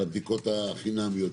על הבדיקות החינמיות?